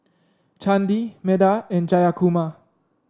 Chandi Medha and Jayakumar